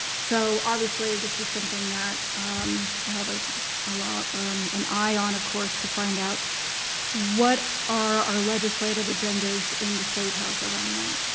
so obviously this is something that i have ah ah an eye on, of course, to find out what are our legislative agendas in the state house around that.